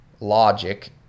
logic